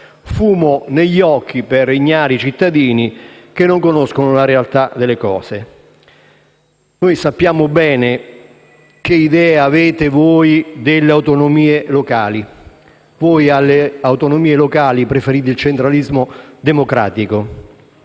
fumo negli occhi per ignari cittadini che non conoscono la realtà delle cose. Sappiamo bene che idea avete delle autonomie locali. Alle autonomie locali voi preferite il centralismo democratico.